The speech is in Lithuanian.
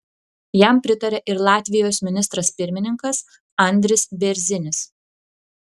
jam pritarė ir latvijos ministras pirmininkas andris bėrzinis